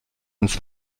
ins